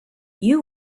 you